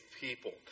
people